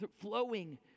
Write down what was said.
flowing